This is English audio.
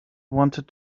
wanted